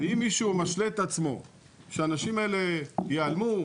ואם מישהו משלה את עצמו שהאנשים האלה ייעלמו.